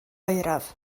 oeraf